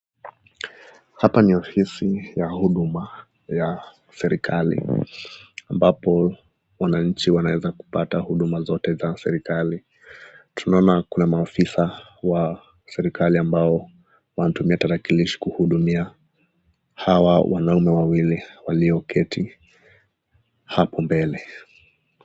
Hapa ni ofisi ya huduma ya serekali, ambapo wananchi wanaweza kupata huduma zozote za serekali. Tunaona kuwa maofisa wa serekali ambao wanatumia tarakilishi kuhudumia hawa wanaume wawili walioketi hapo mbele.